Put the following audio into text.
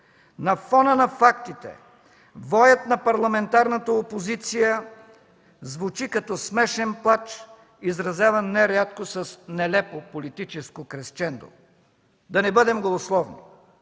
На фона на фактите воят на парламентарната опозиция звучи като смешен плач, изразяван нерядко с нелепо политическо кресчендо. Да не бъдем голословни.